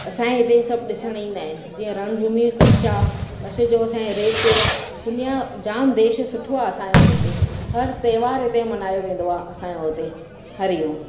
असांजे हिते सभु ॾिसण ईंदा आहिनि जीअं रणभूमी कश कच्छ जो असांजे रेत दुनियां जाम देश सुठो आहे असांजो हिते हर त्योहार हिते मल्हायो वेंदो आहे असांजे हुते हरीओम